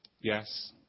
Yes